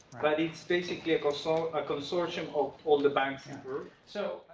but it's basically like ah so a consortium of all the banks in peru. so